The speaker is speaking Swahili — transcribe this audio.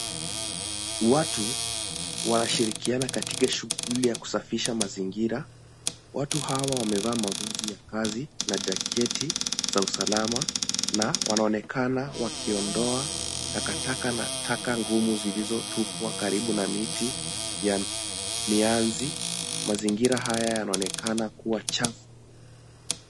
Watu wanashirikiana katika shughuli ya kusafisha mazingira. Watu hawa wamevaa mavazi ya kazi na jaketi za usalama na wanaonekana wakiondoa takataka na taka ngumu zilizotupwa karibu na miti ya mianzi. Mazingira haya yanaonekana kuwa chafu.